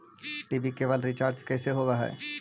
TV cable recharge कैसे होब हइ?